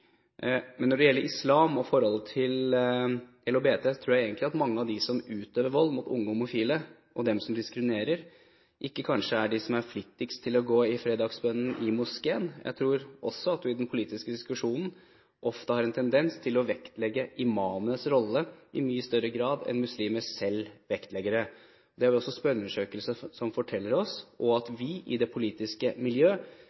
Men når det gjelder islam og forholdet til LHBT, tror jeg egentlig mange av dem som utøver vold mot unge homofile, og som diskriminerer, kanskje ikke er de som er flittigst til å gå på fredagsbønnen i moskeen. Jeg tror også at en i den politiske diskusjonen ofte har en tendens til å vektlegge imamenes rolle i mye større grad enn muslimer selv gjør det. Det er det også spørreundersøkelser som forteller oss, og